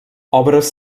obres